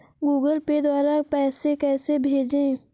Google Pay द्वारा पैसे कैसे भेजें?